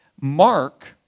Mark